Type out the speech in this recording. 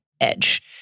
edge